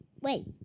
Wait